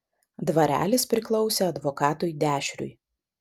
dvarelis priklausė advokatui dešriui